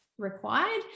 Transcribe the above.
required